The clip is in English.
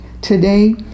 Today